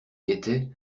guettait